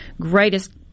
greatest